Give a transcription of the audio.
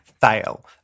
fail